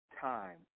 time